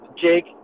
Jake